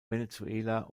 venezuela